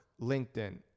linkedin